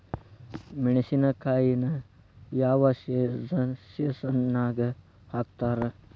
ಮೆಣಸಿನಕಾಯಿನ ಯಾವ ಸೇಸನ್ ನಾಗ್ ಹಾಕ್ತಾರ?